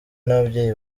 n’ababyeyi